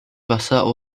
wasser